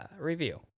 review